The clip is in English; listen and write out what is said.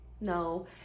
no